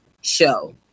show